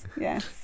yes